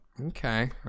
okay